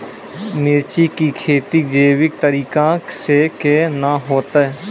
मिर्ची की खेती जैविक तरीका से के ना होते?